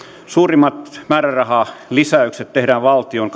suurimmat määrärahalisäykset tehdään valtion